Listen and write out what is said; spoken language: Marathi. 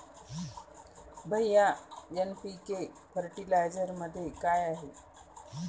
भैय्या एन.पी.के फर्टिलायझरमध्ये काय आहे?